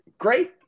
great